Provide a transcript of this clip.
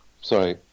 sorry